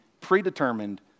predetermined